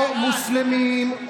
או מוסלמים,